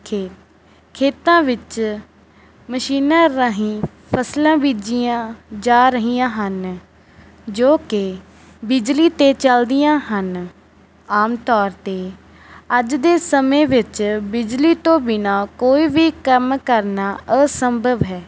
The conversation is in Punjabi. ਖੇਤ ਖੇਤਾਂ ਵਿੱਚ ਮਸ਼ੀਨਾਂ ਰਾਹੀਂ ਫ਼ਸਲਾਂ ਬੀਜੀਆਂ ਜਾ ਰਹੀਆਂ ਹਨ ਜੋ ਕਿ ਬਿਜਲੀ 'ਤੇ ਚਲਦੀਆਂ ਹਨ ਆਮ ਤੌਰ 'ਤੇ ਅੱਜ ਦੇ ਸਮੇਂ ਵਿੱਚ ਬਿਜਲੀ ਤੋਂ ਬਿਨਾਂ ਕੋਈ ਵੀ ਕੰਮ ਕਰਨਾ ਅਸੰਭਵ ਹੈ